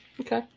Okay